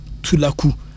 Tulaku